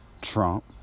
Trump